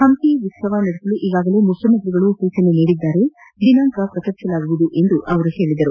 ಪಂಪಿ ಉತ್ತವ ನಡೆಸಲು ಈಗಾಗಲೇ ಮುಖ್ಯಮಂತ್ರಿಗಳು ಸೂಚನೆ ನೀಡಿದ್ದಾರೆ ದಿನಾಂಕ ಪ್ರಕಟಿಸಲಾಗುವುದು ಎಂದು ತಿಳಿಸಿದರು